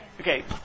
Okay